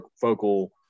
focal